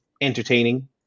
entertaining